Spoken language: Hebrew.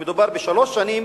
המדובר בשלוש שנים